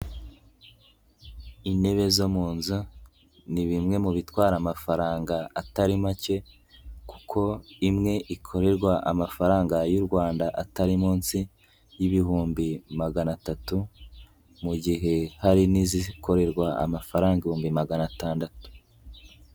Intebe zo mu nzu, ni bimwe mu bitwara amafaranga atari make kuko imwe ikorerwa amafaranga y'u Rwanda atari munsi y'ibihumbi magana atatu, mu gihe hari n'izikorerwa amafaranga ibihumbi magana atandatu.